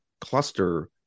cluster